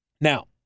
Now